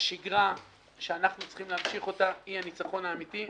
השגרה שאנחנו צריכים להמשיך אותה היא הניצחון האמתי.